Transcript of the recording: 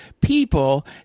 people